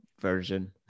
version